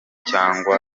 cyangwa